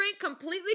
completely